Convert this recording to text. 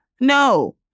no